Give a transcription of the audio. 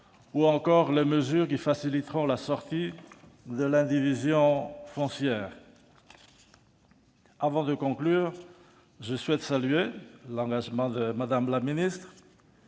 ou encore les mesures qui faciliteront la sortie de l'indivision foncière. Avant de conclure, je souhaite remercier Mme la ministre